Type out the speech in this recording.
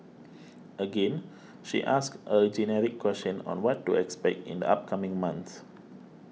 again she asks a generic question on what to expect in the upcoming month